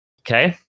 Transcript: okay